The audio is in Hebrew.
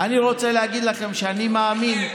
אני רוצה להגיד לכם שאני מאמין,